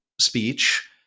speech